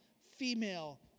female